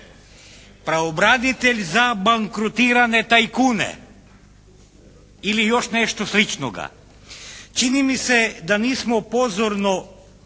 Pravobranitelj za bankrotirane tajkune ili još nešto sličnoga. Čini mi se da nismo pozorno